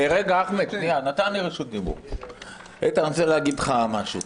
אני רוצה להגיד לך משהו.